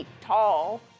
tall